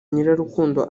nyirarukundo